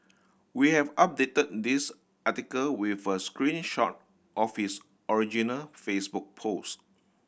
we have updated this article with a screen shot of his original Facebook post